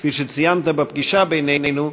כפי שציינת בפגישה בינינו,